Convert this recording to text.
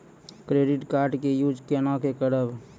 Credit card के use कोना के करबऽ?